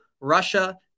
Russia